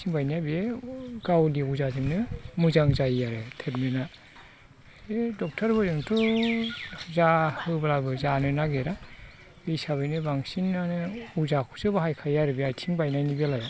आथिं बायनाय बे गावनि अजाजोंनो मोजां जायो आरो ट्रिटमेन्टआ बे डक्ट'रफोरजोंथ' जाहोब्लाबो जानो नागिरा बे हिसाबैनो बांसिनानो अजाखौसो बाहायखायो आरो बे आथिं बायनायनि बेलायाव